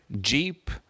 jeep